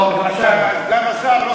לא משנה,